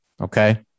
Okay